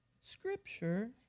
Scripture